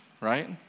right